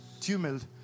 tumult